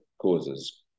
causes